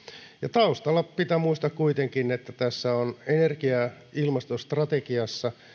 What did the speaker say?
taustalla pitää muistaa kuitenkin että tässä energia ja ilmastostrategiassa